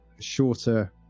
shorter